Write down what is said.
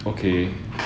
okay